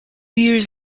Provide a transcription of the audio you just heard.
years